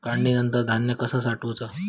काढणीनंतर धान्य कसा साठवुचा?